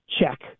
Check